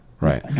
right